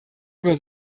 über